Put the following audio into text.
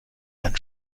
dann